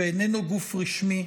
שאיננו גוף רשמי,